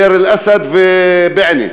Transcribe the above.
דיר-אלאסד ובענה.